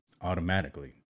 automatically